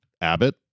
Abbott